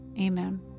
Amen